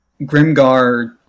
Grimgar